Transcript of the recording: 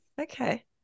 Okay